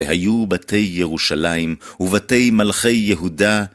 היו בתי ירושלים ובתי מלכי יהודה